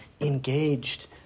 engaged